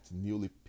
newly